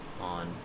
on